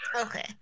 okay